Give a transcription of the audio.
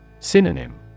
Synonym